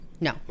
No